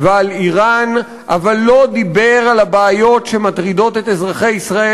ועל איראן אבל לא דיבר על הבעיות שמטרידות את אזרחי ישראל: